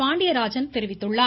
பாண்டியராஜன் தெரிவித்துள்ளார்